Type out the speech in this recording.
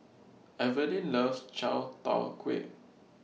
Evalyn loves Chai Tow Kuay